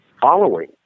following